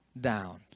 down